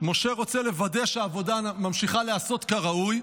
משה רוצה לוודא שהעבודה ממשיכה להיעשות כראוי,